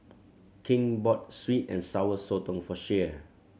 King bought sweet and Sour Sotong for Shea